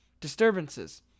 Disturbances